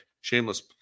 shameless